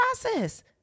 process